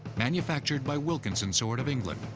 manufactured by wilkinson sword of england,